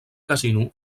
casino